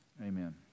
Amen